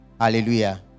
hallelujah